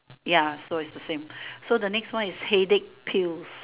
ya so it's the same so the next one is headache pill